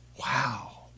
Wow